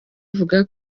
avuga